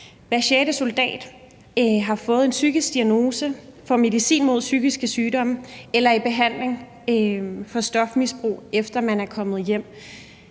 sjette soldat har fået en psykisk diagnose, får medicin mod psykiske sygdomme eller er i behandling for stofmisbrug, efter at man er kommet hjem.